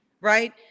right